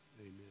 amen